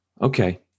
Okay